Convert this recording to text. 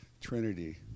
Trinity